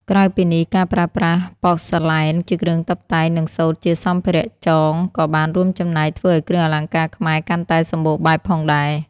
ក្រៅពីនេះ ការប្រើប្រាស់ប៉សឺឡែនជាគ្រឿងតុបតែង និងសូត្រជាសម្ភារៈចង ក៏បានរួមចំណែកធ្វើឱ្យគ្រឿងអលង្ការខ្មែរកាន់តែសម្បូរបែបផងដែរ។